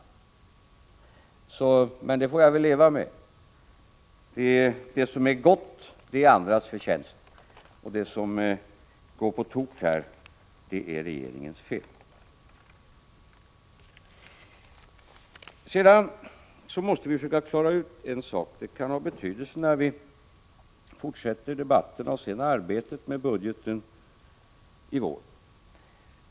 Men den anklagelsen får jag väl leva med. Det som är gott är andras förtjänst, och det som går på tok är regeringens fel. Sedan måste vi försöka att klara ut en sak, som kan ha betydelse med tanke på den fortsatta debatten och arbetet med budgeten i vår.